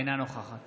אינה נוכחת